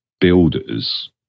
builders